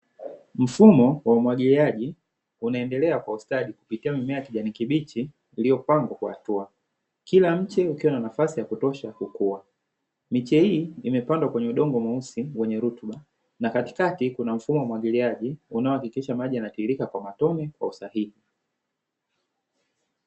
Mfumo wa umwagiliaji unaendelea kwa ustadi kupitia mimea ya kijani kibichi iliyopangwa kwa hatua, kila mche ukiwa na nafasi ya kutosha kukua. Miche hii imepandwa kwenye udongo mweusi wenye rutuba na katikati kuna mfumo wa umwagiliaji unaohakikisha maji yanatiririka kwa matone kwa usahihi.